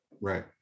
Right